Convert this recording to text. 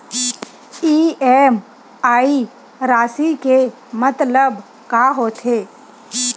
EMI राशि के मतलब का होथे?